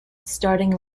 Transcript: starting